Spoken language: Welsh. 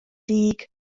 dug